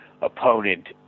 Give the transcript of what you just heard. opponent